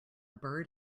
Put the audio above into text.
bird